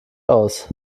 aus